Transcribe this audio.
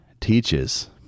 teaches